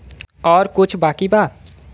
और कुछ बाकी बा?